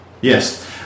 yes